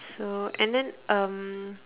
so and then um